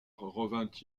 revint